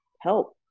help